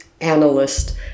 Analyst